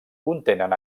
contenen